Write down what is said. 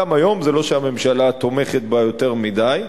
גם היום זה לא שהממשלה תומכת בה יותר מדי.